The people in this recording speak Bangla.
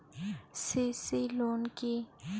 সি.সি লোন কি?